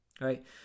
right